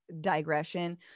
digression